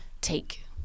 take